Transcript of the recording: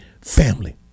family